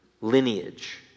lineage